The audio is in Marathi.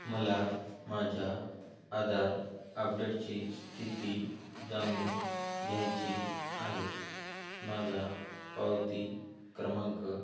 मला माझ्या आधार अपडेटची स्थिती जाणून घ्यायची आहे माझा पावती क्रमांक